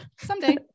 Someday